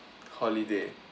holiday